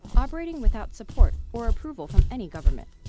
operating without support or approval from any government.